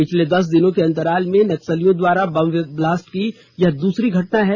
पिछले दस दिनों के अंतराल में नक्सलियों द्वारा बम ब्लास्ट की यह दूसरी घटना है